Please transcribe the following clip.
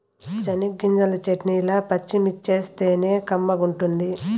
చెనగ్గింజల చెట్నీల పచ్చిమిర్చేస్తేనే కమ్మగుంటది